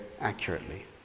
accurately